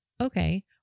Okay